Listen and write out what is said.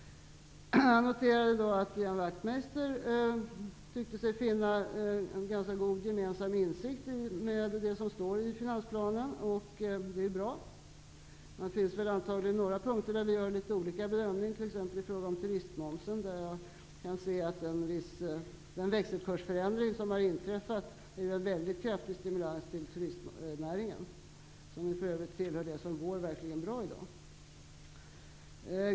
Jag noterade att Ian Wachtmeister tyckte sig finna en ganska god gemensam insikt i det som står i finansplanen. Det är bra. Det finns väl antagligen några punkter där vi gör litet olika bedömningar, t.ex. i fråga om turistmomsen. Den växelkursförändring som har inträffat ger en mycket kraftig stimulans till turistnäringen, som för övrigt tillhör de verksamheter som verkligen går bra i dag.